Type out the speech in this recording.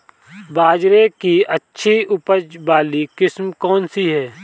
बाजरे की अच्छी उपज वाली किस्म कौनसी है?